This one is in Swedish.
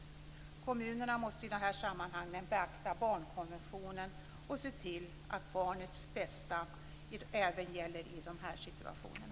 Kommunerna måste beakta barnkonventionen och se till att barnets bästa gäller även i dessa situationer.